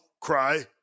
Cry